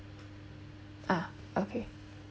ah okay